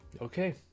Okay